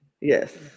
Yes